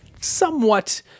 somewhat